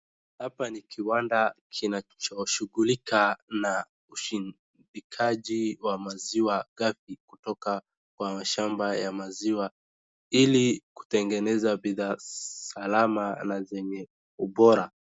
Hapa ni kiwanda kinachoshughulika na ushindikaji wa maziwa ghafi kutoka kwa mashamba ya maziwa ili kutengeneza bidhaa salama na zenye ubora.